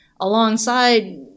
alongside